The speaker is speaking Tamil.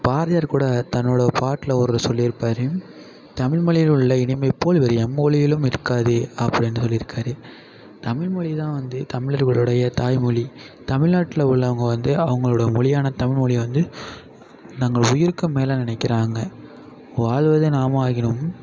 பாரதியார் கூட தன்னோட பாட்டில் ஒரு சொல்லியிருப்பாரு தமிழ் மொழியிலுள்ள இனிமைப்போல் வேறு எம்மொழியிலும் இருக்காது அப்படின்னு சொல்லியிருக்காரு தமிழ் மொழி தான் வந்து தமிழர்களோடைய தாய்மொழி தமிழ்நாட்ல உள்ளவங்க வந்து அவங்களோட மொழியான தமிழ் மொழிய வந்து நாங்கள் உயிருக்கும் மேலாக நினைக்கிறாங்க வாழ்வது நாம் ஆகினும்